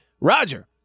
Roger